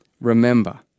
remember